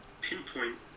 pinpoint